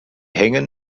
hängen